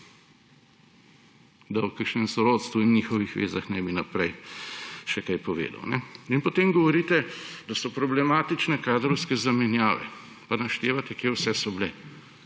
Da o kakšnem sorodstvu in njihovih vezah ne bi naprej še kaj povedal. In potem govorite, da so problematične kadrovske zamenjave, pa naštevate, kje vse so bile.